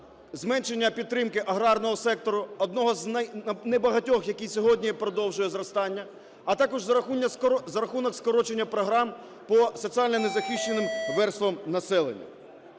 зменшення підтримки аграрного сектору, одного з небагатьох, який сьогодні продовжує зростання, а також за рахунок скорочення програм по соціально незахищеним верствам населення.